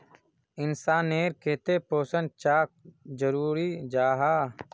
इंसान नेर केते पोषण चाँ जरूरी जाहा?